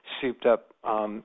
souped-up